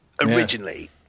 originally